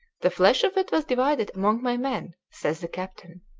the flesh of it was divided among my men, says the captain,